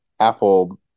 Apple